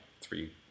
three